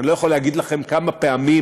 אני לא יכול להגיד לכם כמה פעמים